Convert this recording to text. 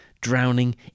drowning